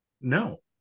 no